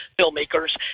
filmmakers